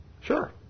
Sure